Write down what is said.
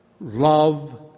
love